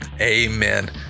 Amen